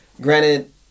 Granted